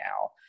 now